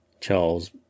charles